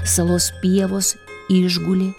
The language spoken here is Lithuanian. salos pievos išgulė